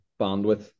bandwidth